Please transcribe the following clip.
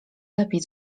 lepiej